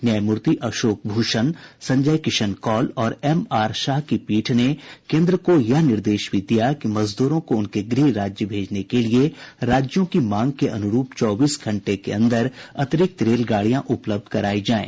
न्यायमूर्ति अशोक भूषण संजय किशन कौल और M R Shah की पीठ ने केंद्र को यह निर्देश भी दिया कि मजदूरों को उनके गृह राज्य भेजने के लिए राज्यों की मांग के अनुरूप चौबीस घंटे के अंदर अतिरिक्त रेलगाडियां उपलब्ध कराई जाएं